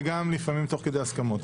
וגם לפעמים תוך כדי הסכמות.